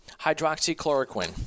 hydroxychloroquine